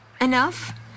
enough